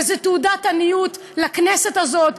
וזו תעודת עניות לכנסת הזאת.